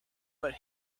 but